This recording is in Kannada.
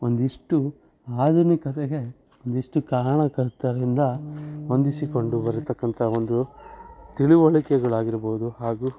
ಒಂದಿಷ್ಟು ಆಧುನಿಕತೆಗೆ ಒಂದಿಷ್ಟು ಕಾರಣಕರ್ತರಿಂದ ಹೊಂದಿಸಿಕೊಂಡು ಬರತಕ್ಕಂಥ ಒಂದು ತಿಳಿವಳಿಕೆಗಳಾಗಿರ್ಬೋದು ಹಾಗೂ